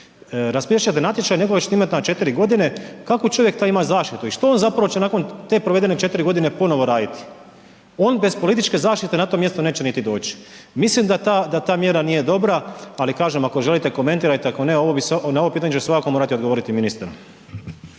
Raspisati ćete natječaj, nekoga ćete imati na 4 g. kako čovjek taj ima zaštitu i što on zapravo će nakon te provedene 4 g. ponovno raditi? On bez političke zaštite na to mjesto neće niti doći. Mislim da ta mjera nije dobra, ali kažem ako želite komentirajte, ako ne, na ovo pitanje će svakako morati odgovoriti ministar.